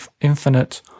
infinite